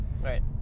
Right